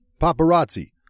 Paparazzi